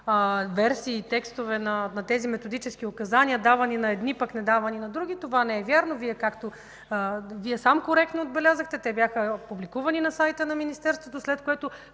версии и текстове на тези „Методически указания”, давани на едни, пък недавани на други. Това не е вярно. Както сам коректно отбелязахте, те бяха публикувани на сайта на Министерството, след което